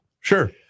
Sure